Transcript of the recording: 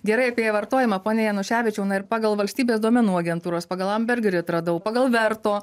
gerai apie vartojimą pone januševičiau na ir pagal valstybės duomenų agentūros pagal amber grid radau pagal verto